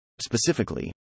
Specifically